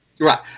Right